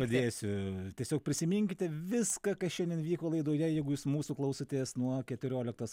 padėsiu tiesiog prisiminkite viską kas šiandien vyko laidoje jeigu jūs mūsų klausotės nuo keturioliktos